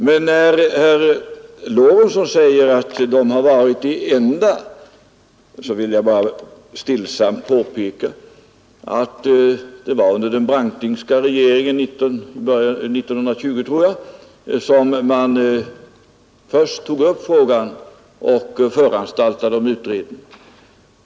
Men när herr Lorentzon säger att kommunisterna har varit de enda som gjort det vill jag bara stillsamt påpeka att det var under den Brantingska regeringen — 1920, tror jag — som man först tog upp frågan och föranstaltade om utredning.